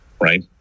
right